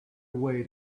away